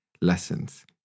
lessons